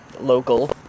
Local